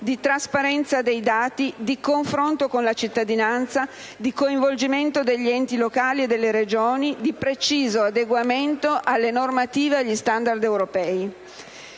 di trasparenza dei dati e di confronto con la cittadinanza, di coinvolgimento degli enti locali e delle Regioni, di preciso adeguamento alle normative e agli *standard* europei.